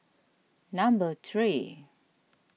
number three